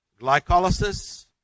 glycolysis